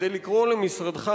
כדי לקרוא למשרדך,